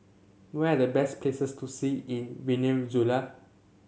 where are the best places to see in Venezuela